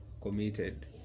committed